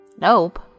Nope